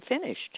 finished